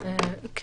כן,